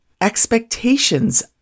expectations